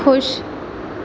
خوش